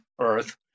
Earth